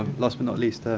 last but not least,